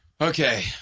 Okay